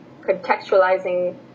contextualizing